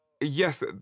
yes